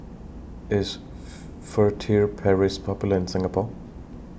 IS Furtere Paris Popular in Singapore